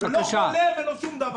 אני לא חולה ולא שום דבר.